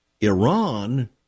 Iran